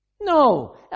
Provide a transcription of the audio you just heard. No